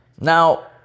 Now